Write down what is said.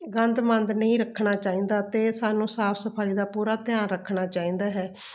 ਗੰਦ ਮੰਦ ਨਹੀਂ ਰੱਖਣਾ ਚਾਹੀਦਾ ਅਤੇ ਸਾਨੂੰ ਸਾਫ ਸਫਾਈ ਦਾ ਪੂਰਾ ਧਿਆਨ ਰੱਖਣਾ ਚਾਹੀਦਾ ਹੈ